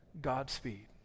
Godspeed